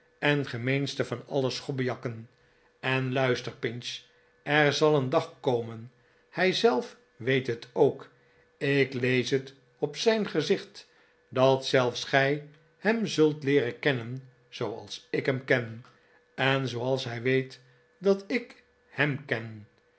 en gemeenste van alle schobbejakken en luister pinch er zal een dag komen hij zelf weet het ook ik lees het op zijn gezicht dat zelfs gij hem zult leeren kennen zooals ik hem ken en zooals hij weet dat ik hem ken